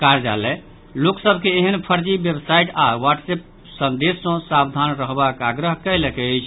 कार्यालय लोक सभ के एहेन फर्जी बेवसाइट आ वाट्सअप संदेश सॅ सावधान रहबाक आग्रह कयलक अछि